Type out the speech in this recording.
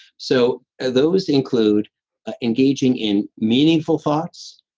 so those include engaging in meaningful thoughts,